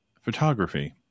photography